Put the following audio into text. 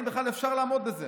אם בכלל אפשר לעמוד בזה.